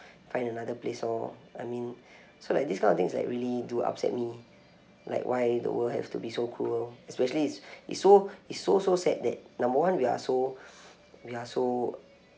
find another place lor I mean so like these kind of things like really do upset me like why the world have to be so cruel especially it's it's so so sad that number one we are so we are so